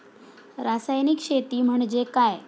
रासायनिक शेती म्हणजे काय?